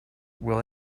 well